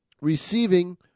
receiving